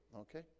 okay